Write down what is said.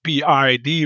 PID